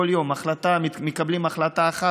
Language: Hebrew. כל יום מקבלים החלטה אחת,